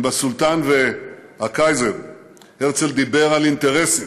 עם הסולטן והקייזר הרצל דיבר על אינטרסים,